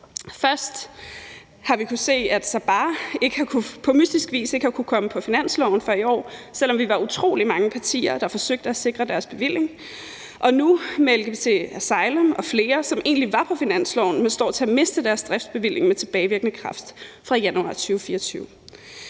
Først har vi kunnet se, at Sabaah på mystisk vis ikke har kunnet komme på finansloven for i år, selv om vi var utrolig mange partier, der forsøgte at sikre deres bevilling, og nu er der LGBT Asylum og flere, som egentlig var på finansloven, men står til at miste deres driftsbevilling med tilbagevirkende kraft fra januar 2024.